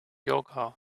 yoga